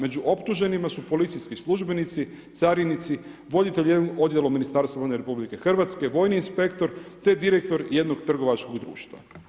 Među optuženima su policijski službenici, carinici, voditelji odjela u Ministarstvu vojne RH, vojni inspektor te direktor jednog trgovačkog društva.